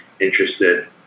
interested